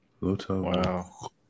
Wow